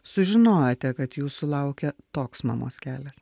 sužinojote kad jūsų laukia toks mamos kelias